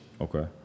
Okay